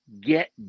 get